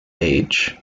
age